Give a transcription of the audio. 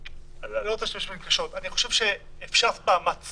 אני לא רוצה להשתמש במילים קשות אני חושב שאפשר לעשות מאמץ